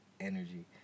energy